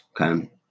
Okay